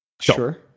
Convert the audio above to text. Sure